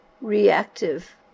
reactive